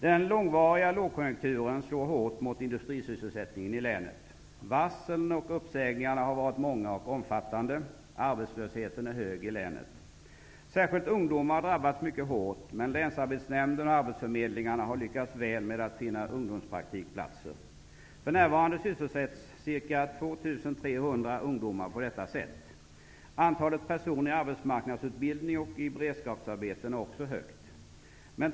Den långvariga lågkonjunkturen slår hårt mot industrisysselsättningen i länet. Varslen och uppsägningarna har varit många och omfattande. Arbetslösheten är hög i länet. Särskilt ungdomar har drabbats mycket hårt, men länsarbetsnämnden och arbetsförmedlingarna har lyckats väl med att finna ungdomspraktikplatser. För närvarande sysselsätts ca 2 300 ungdomar på detta sätt. Antalet personer i arbetsmarknadsutbildning och i beredskapsarbeten är också högt.